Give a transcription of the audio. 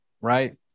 right